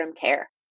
care